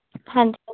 ਹਾਂਜੀ